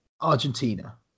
Argentina